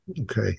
okay